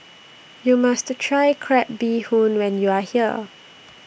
YOU must Try Crab Bee Hoon when YOU Are here